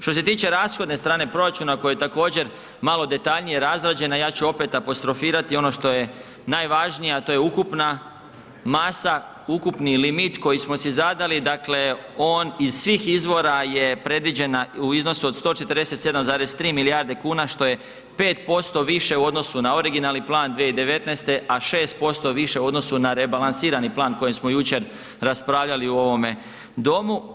Što se tiče rashodne strane proračuna koji je također malo detaljnije razrađen a ja ću opet apostrofirati ono što je najvažnije a to je ukupna masa, ukupni limit koji smo si zadali, dakle on iz svih izvora je predviđen u iznosu od 147,3 milijarde kuna što je 5% više u odnosu na originalni plan 2019. a 6% više u odnosu na rebalansirani plan kojeg smo jučer raspravljali u ovome domu.